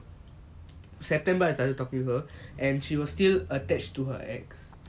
september I started talking to her and she was still attached to her ex